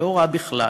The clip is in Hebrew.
לא רע בכלל.